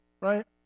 right